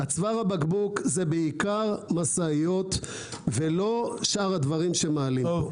צוואר הבקבוק זה בעיקר משאיות ולא שאר הדברים שמעלים פה.